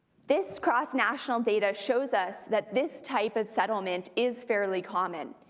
this cross national data shows us that this type of settlement is fairly common.